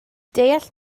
deall